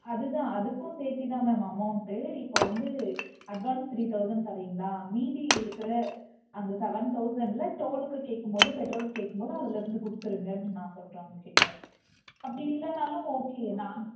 அதுதான் அதுக்கும் சேர்த்தி தான் மேம் அமௌண்ட் இப்போ வந்து அட்வான்ஸ் த்ரீ தௌசண்ட் தர்றீங்ளா மீதி இருக்கிற அந்த செவன் தௌசண்டில் டோலுக்கு கேட்கும்போது பெட்ரோல் கேட்கும்போது அதுல இருந்து கொடுத்துருங்க நான் சொல்கிறேன் அவங்கக்கிட்ட அப்படி இல்லைனாலும் ஓகே நான்